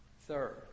Third